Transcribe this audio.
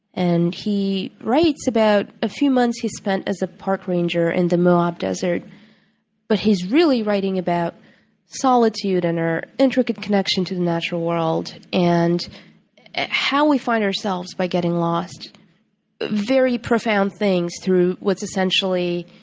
and he writes about a few months that he spent as a park ranger in the moab desert but he's really writing about solitude, and our intricate connection to the natural world, and how we find ourselves by getting lost very profound things through what's, essentially,